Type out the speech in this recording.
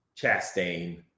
Chastain